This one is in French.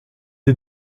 des